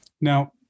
Now